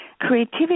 creativity